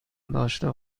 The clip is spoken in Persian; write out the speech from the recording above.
داشته